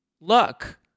look